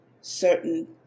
certain